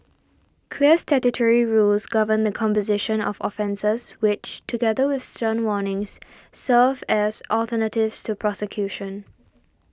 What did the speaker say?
clear statutory rules govern the composition of offences which together with stern warnings serve as alternatives to prosecution